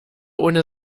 ohne